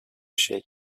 şey